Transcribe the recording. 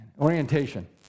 orientation